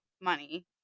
money